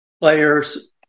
players